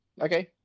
Okay